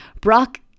Brock